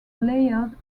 layered